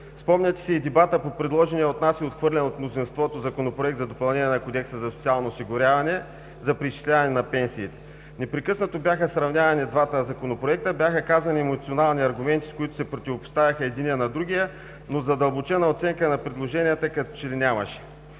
Спомняте си и дебата по предложения от нас и отхвърленият от мнозинството Законопроект за допълнение на Кодекса за социално осигуряване за преизчисляване на пенсиите. Непрекъснато бяха сравнявани и двата законопроекта, бяха казани емоционални аргументи, с които се противопоставяха единият на другия, но задълбочена оценка на предложенията като че ли нямаше.